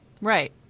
Right